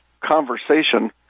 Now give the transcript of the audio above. Conversation